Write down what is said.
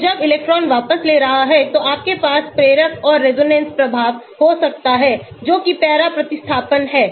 तो जब इलेक्ट्रॉन वापस ले रहा है तो आपके पास प्रेरक और रेजोनेंस प्रभाव हो सकता है जो कि पैरा प्रतिस्थापन है